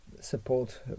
support